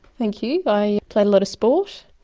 thank you. i played a lot of sport,